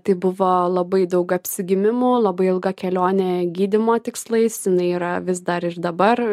tai buvo labai daug apsigimimų labai ilga kelionė gydymo tikslais jinai yra vis dar ir dabar